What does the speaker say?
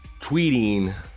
tweeting